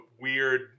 weird